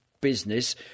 business